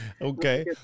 Okay